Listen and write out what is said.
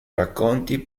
racconti